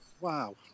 Wow